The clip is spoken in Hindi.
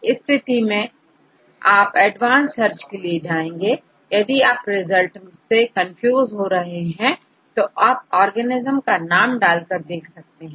इस स्थिति में आप एडवांस सर्च के लिए जाएंगे यदि आप रिजल्ट से कंफ्यूज हो रहे हैं तो आप ऑर्गेनेज्म का नाम डाल कर देख सकते हैं